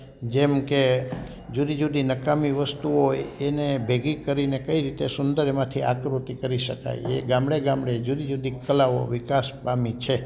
જેમકે જુદી જુદી નકામી વસ્તુઓ હોય એને ભેગી કરીને કઈ રીતે સુંદર એમાંથી આકૃતિ કરી શકાય એ ગામણે ગામળે જુદી જુદી કલાઓ વિકાસ પામી છે